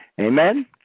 amen